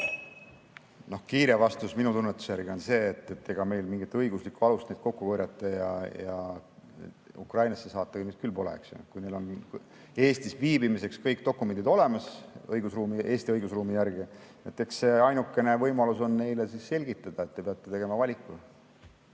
Kiire vastus minu tunnetuse järgi on see, et meil mingit õiguslikku alust neid kokku korjata ja Ukrainasse saata küll pole, kui neil on Eestis viibimiseks kõik dokumendid olemas, Eesti õigusruumi järgi. Eks ainukene võimalus on neile selgitada, et te peate tegema valiku.